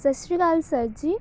ਸਤਿ ਸ਼੍ਰੀ ਅਕਾਲ ਸਰ ਜੀ